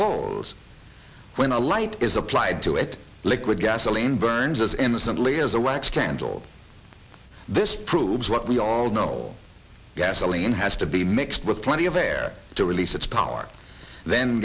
holds when a light is applied to it liquid gasoline burns as innocently as a wax candle this proves what we all know gasoline has to be mixed with plenty of air to release its power then